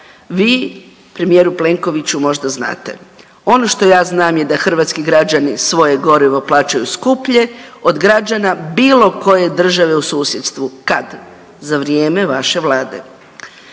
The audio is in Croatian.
vi, premijeru Plenkoviću, možda znate. Ono što ja znam da hrvatski građani svoje gorivo plaćaju skuplje od građana bilo koje države u susjedstvu. Kad? Za vrijeme vaše Vlade.